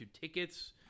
tickets